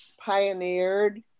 pioneered